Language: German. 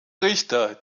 richter